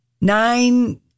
nine